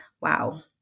wow